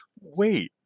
wait